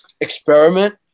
experiment